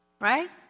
right